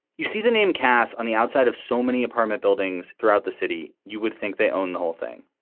you see the name cass on the outside of so many apartment buildings throughout the city, you would think they own the whole thing.